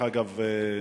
דרך אגב,